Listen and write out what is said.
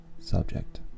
subject